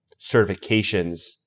certifications –